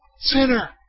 sinner